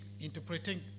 interpreting